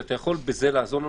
ואתה יכול בזה לעזור לנו,